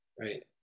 right